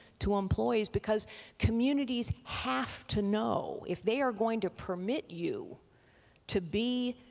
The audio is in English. to employees because communities have to know, if they are going to permit you to be